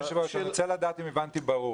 אדוני היושב ראש, אנשי רוצה לדעת אם הבנתי נכון.